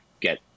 get